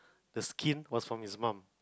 the skin was from his mum